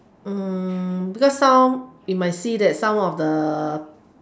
uh because some you might see that some of the